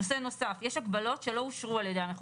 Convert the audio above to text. נושא נוסף: יש הגבלות שלהבנתנו